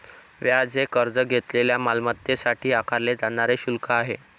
व्याज हे कर्ज घेतलेल्या मालमत्तेसाठी आकारले जाणारे शुल्क आहे